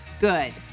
Good